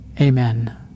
amen